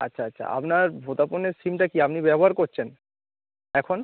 আচ্ছা আচ্ছা আপনার ভোদাফোনের সিমটা কি আপনি ব্যবহার করছেন এখন